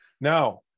Now